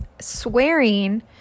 swearing